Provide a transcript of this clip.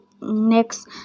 Next